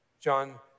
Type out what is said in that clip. John